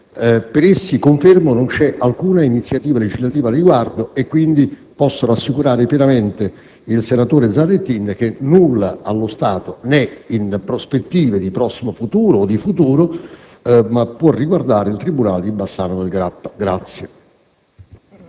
Per essi confermo che non c'è alcuna iniziativa legislativa al riguardo. Quindi posso rassicurare pienamente il senatore Zanettin che nulla allo stato né in prospettiva di prossimo futuro o di futuro può riguardare il tribunale di Bassano del Grappa.